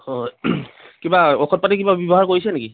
হয় কিবা ঔষধ পাতি কিবা ব্যৱহাৰ কৰিছে নেকি